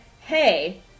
hey